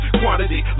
quantity